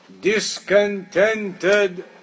discontented